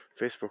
Facebook